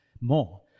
more